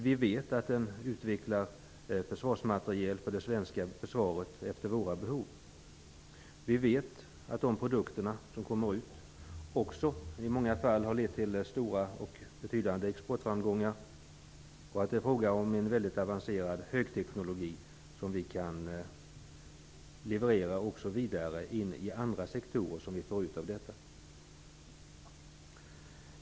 Den utvecklar försvarsmateriel för det svenska försvaret utifrån våra behov. De produkter som kommer från försvarsindustrin har i många fall lett till stora och betydande exportframgångar. Det är fråga om en mycket avancerad högteknologi som vi kan leverera vidare in i andra sektorer.